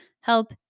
help